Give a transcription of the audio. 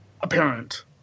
apparent